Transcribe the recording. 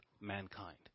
mankind